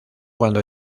cuando